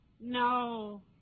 No